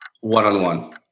One-on-one